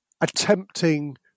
attempting